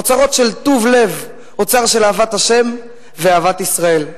אוצרות של טוב לב, אוצר של אהבת ה' ואהבת ישראל.